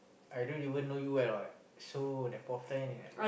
I don't even know you well [what] I so that point of time